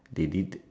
they did